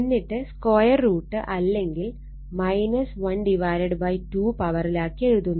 എന്നിട്ട് square root അല്ലെങ്കിൽ ½ പവറിലാക്കി എഴുതുന്നു